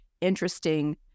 interesting